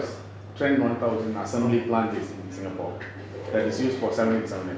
trend one thousand assembly plants in singapore that is used for seven eight seven